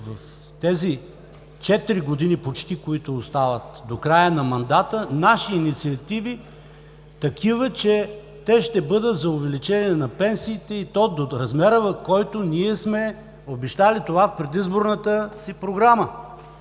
в тези четири години почти, които остават до края на мандата, наши инициативи, такива, че те ще бъдат за увеличение на пенсиите и то до размера, в който ние сме обещали това в предизборната си програма.